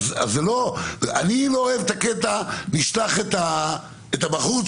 אני לא אוהב את הקטע שנשלח את הבחורצ'יק